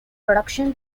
production